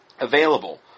available